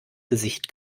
gesicht